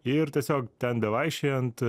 ir tiesiog ten bevaikščiojant